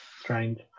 strange